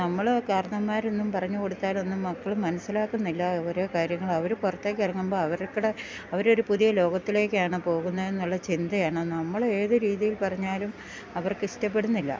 നമ്മൾ കാർണമ്മാരൊന്നും പറഞ്ഞ് കൊട്ത്താലൊന്നും മക്കൾ മനസ്സിലാക്കുന്നില്ല ഓരോ കാര്യങ്ങൾ അവർ പുറത്തേക്ക് ഇറങ്ങുമ്പോൾ അവര്ക്കടെ അവർ ഒരു പുതിയ ലോകത്തിലേക്കാണ് പോകുന്നതെന്ന് ഉള്ള ചിന്തയാണ് നമ്മൾ ഏത് രീതിയിൽ പറഞ്ഞാലും അവർക്ക് ഇഷ്ടപ്പെടുന്നില്ല